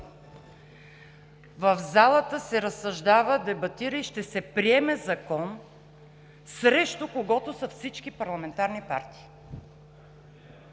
в залата се разсъждава, дебатира и ще се приеме закон, срещу когото са всички парламентарни партии.